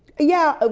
yeah, ah